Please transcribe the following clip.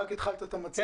רק התחלת את המצגת.